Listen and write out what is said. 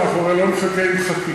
אנחנו הרי לא נחכה עם חקיקה,